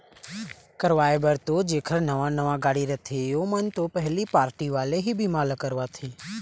करवाय बर तो जेखर नवा नवा गाड़ी रथे ओमन तो पहिली पारटी वाले ही बीमा ल करवाथे